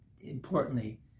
importantly